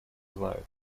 знают